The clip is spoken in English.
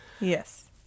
Yes